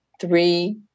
three